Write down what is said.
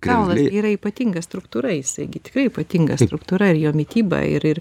kaulas gi yra ypatinga struktūra jisai gi tikrai ypatinga struktūra ir jo mityba ir ir